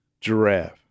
giraffe